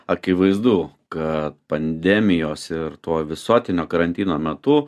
akivaizdu kad pandemijos ir to visuotinio karantino metu